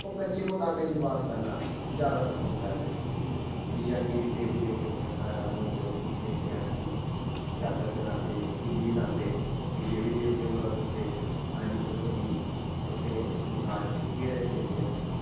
ओह् कच्चे मकानें च बास करना जैदा पसंद करदे न जि'यां कि देवी देवते कुसै घर आह्न्ने होंदे ओह् पुछदे कि हांजी जात्तर करांदे किल्ली लांदे फ्ही देवी देवतें कोलां पुछदे हांजी दस्सो जी तुसें इस मकान च केह्ड़े हिस्से च